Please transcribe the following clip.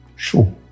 Sure